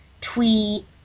tweet